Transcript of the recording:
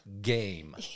game